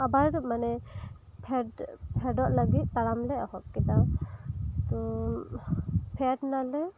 ᱟᱵᱟᱨ ᱢᱟᱱᱮ ᱯᱷᱮᱰ ᱯᱷᱮᱰᱚᱜ ᱞᱟᱜᱤᱫ ᱛᱟᱲᱟᱢ ᱞᱮ ᱮᱦᱚᱵ ᱠᱮᱫᱟ ᱛᱚ ᱯᱷᱮᱰ ᱱᱟᱞᱮ